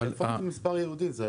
מספר ייעודי זה בסדר.